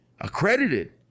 Accredited